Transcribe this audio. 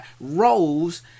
roles